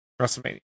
WrestleMania